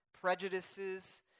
prejudices